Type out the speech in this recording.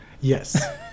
Yes